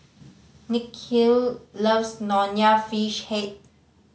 Nikhil loves Nonya Fish Head